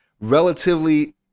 relatively